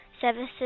services